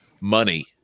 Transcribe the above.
money